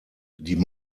die